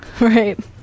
Right